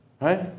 Right